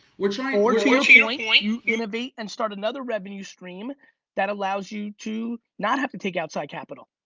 we're trying to or to your point point you innovate and start another revenue stream that allows you to not have to take outside capital.